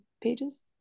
pages